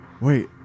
Wait